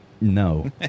No